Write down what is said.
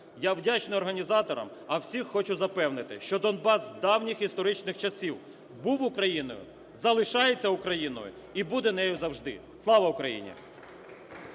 Я вдячний організаторам, а всіх хочу запевнити, що Донбас з давніх історичних часів був Україною, залишається Україною і буде нею завжди. Слава Україні!